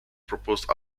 proposed